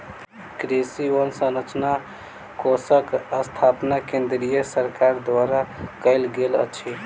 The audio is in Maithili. कृषि अवसंरचना कोषक स्थापना केंद्रीय सरकार द्वारा कयल गेल अछि